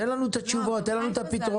תן לנו את התשובות, תן לנו את הפתרונות.